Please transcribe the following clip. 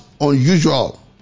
unusual